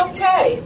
Okay